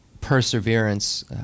perseverance